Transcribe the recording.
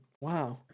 Wow